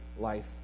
life